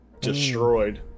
destroyed